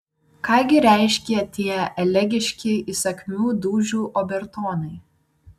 ką gi reiškia tie elegiški įsakmių dūžių obertonai